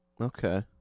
Okay